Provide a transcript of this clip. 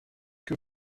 que